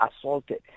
assaulted